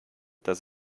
dass